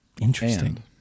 Interesting